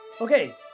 Okay